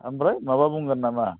आमफ्राय माबा बुंगोन नामा